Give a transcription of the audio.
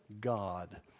God